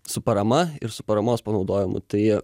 su parama ir su paramos panaudojimu tai